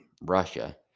Russia